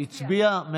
הצביע?